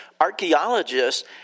archaeologists